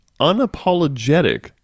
unapologetic